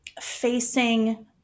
facing